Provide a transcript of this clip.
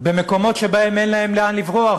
במקומות שבהם אין להם לאן לברוח,